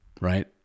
right